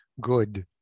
good